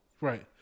Right